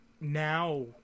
now